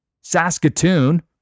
Saskatoon